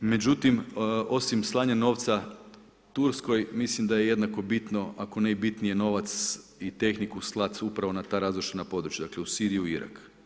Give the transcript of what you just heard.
Međutim, osim slanja novca Turskoj, mislim da je jednako bitno, ako ne i bitnije, novac i tehniku slati upravo na ta razrušena područja, dakle, u Siriju i Irak.